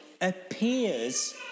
appears